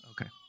Okay